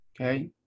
Okay